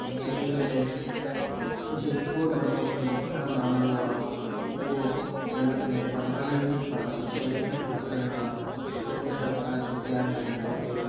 पर कॾहिं कॾहिं हुते छो दंगो थियो छा मामलो आहे उहो हुन खे परमानेंट पाण खे सॉल्यूशन कढण लाइ उहो सरकार खे ध्यानु ॾियणु खपे